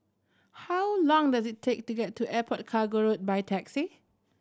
how long does it take to get to Airport Cargo Road by taxi